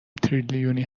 تریلیونی